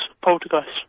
poltergeist